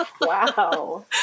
Wow